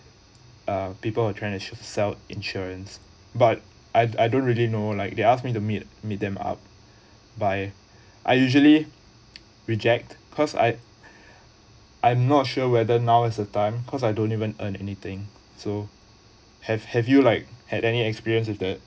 uh people are trying to sell insurance but I I don't really know like they ask me to meet meet them up by I usually reject cause I I'm not sure whether now is the time cause I don't even earn anything so have have you like at any experience with that